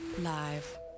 Live